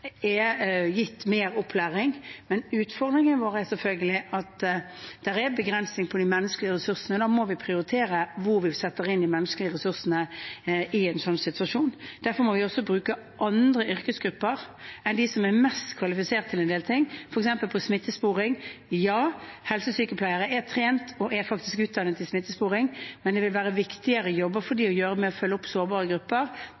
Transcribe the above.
er gitt mer opplæring, men utfordringen vår er selvfølgelig at det er en begrensing på de menneskelige ressursene. Da må vi prioritere hvor vi setter inn de menneskelige ressursene i en sånn situasjon. Derfor må vi også bruke andre yrkesgrupper enn dem som er best kvalifisert, til en del ting, f.eks. til smittesporing. Ja, helsesykepleiere er trent og faktisk utdannet til smittesporing, men det vil være viktigere jobber for dem å gjøre med å følge opp sårbare grupper